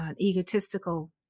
egotistical